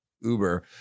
Uber